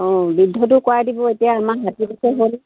অঁ বৃদ্ধটো কৰাই দিব এতিয়া আমাৰ ষাঠি বছৰ হ'ল